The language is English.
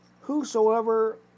Whosoever